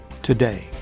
today